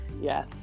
Yes